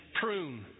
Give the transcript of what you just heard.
prune